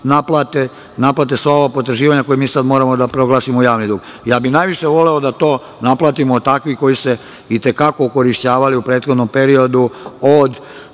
naplate sva ona potraživanja koja mi sad moramo da proglasimo u javni dug. Ja bih najviše voleo da to naplatimo od takvih koji su se i te kako okorišćavali u prethodnom periodu od